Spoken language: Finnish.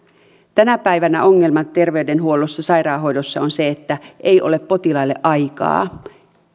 tänä päivänä ongelma terveydenhuollossa ja sairaanhoidossa on se että ei ole potilaille aikaa